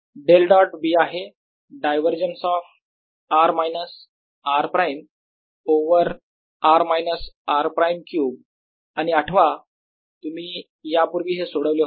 del dot B आहे divergence of r minus r prime over r minus r prime cube आणि आठवा तुम्ही यापूर्वी हे सोडवले होते